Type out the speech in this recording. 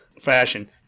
fashion